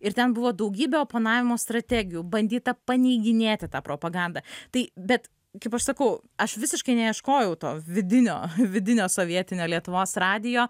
ir ten buvo daugybė oponavimo strategijų bandyta paneiginėti tą propagandą tai bet kaip aš sakau aš visiškai neieškojau to vidinio vidinio sovietinio lietuvos radijo